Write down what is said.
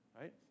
right